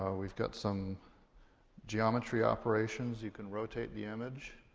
ah we've got some geometry operations. you can rotate the image.